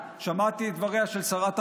שמעתי את דבריה של שרת החינוך,